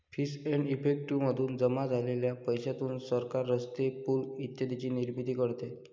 fees and effective मधून जमा झालेल्या पैशातून सरकार रस्ते, पूल इत्यादींची निर्मिती करते